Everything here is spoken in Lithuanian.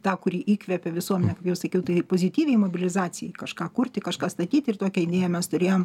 ta kuri įkvepia visuomenę kaip jau sakiau tai pozityviai mobilizacijai kažką kurti kažką statyt ir tokią idėją mes turėjom